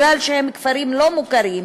מכיוון שהם כפרים לא מוכרים,